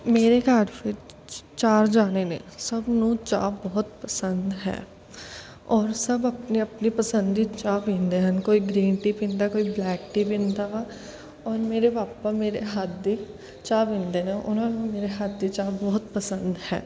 ਮੇਰੇ ਘਰ ਵਿੱਚ ਚਾਰ ਜਣੇ ਨੇ ਸਭ ਨੂੰ ਚਾਹ ਬਹੁਤ ਪਸੰਦ ਹੈ ਔਰ ਸਭ ਆਪਣੀ ਆਪਣੀ ਪਸੰਦ ਦੀ ਚਾਹ ਪੀਂਦੇ ਹਨ ਕੋਈ ਗਰੀਨ ਟੀ ਪੀਂਦਾ ਕੋਈ ਬਲੈਕ ਟੀ ਪੀਂਦਾ ਵਾ ਔਰ ਮੇਰੇ ਪਾਪਾ ਮੇਰੇ ਹੱਥ ਦੀ ਚਾਹ ਪੀਂਦੇ ਨੇ ਉਹਨਾਂ ਨੂੰ ਮੇਰੇ ਹੱਥ ਦੀ ਚਾਹ ਬਹੁਤ ਪਸੰਦ ਹੈ